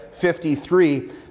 53